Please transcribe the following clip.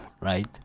Right